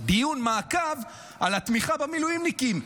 דיון מעקב על התמיכה במילואימניקים,